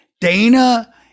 Dana